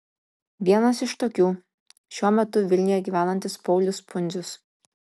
vienas iš tokių šiuo metu vilniuje gyvenantis paulius pundzius